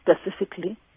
specifically